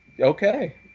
Okay